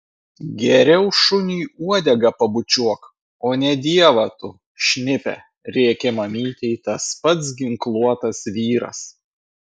geriau šuniui uodegą pabučiuok o ne dievą tu šnipe rėkė mamytei tas pats ginkluotas vyras